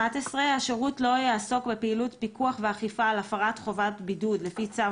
11.השירות לא יעסוק בפעילות פיקוח ואכיפה על הפרת חובת בידוד לפי צו